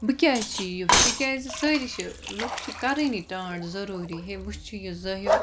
بہٕ کیازِ چھُ یُتھ تِکیازِ سٲری چھِ لُکھ چھِ کَرٲنی ٹونٹ ضروری ہے وٕچھِو یہِ زٲیُل